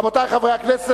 רבותי חברי הכנסת,